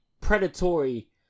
predatory